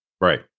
Right